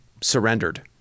surrendered